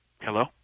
hello